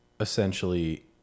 essentially